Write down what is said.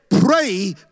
pray